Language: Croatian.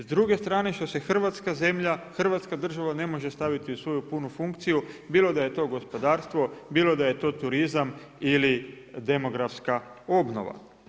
S druge strane što se hrvatska zemlja, Hrvatska država ne može staviti u svoju punu funkciju bilo da je to gospodarstvo, bilo da je to turizam ili demografska obnova.